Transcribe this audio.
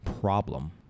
problem